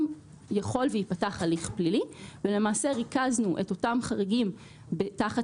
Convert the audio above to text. יכול שייפתח הליך פלילי ולמעשה ריכזנו את אותם חריגים תחת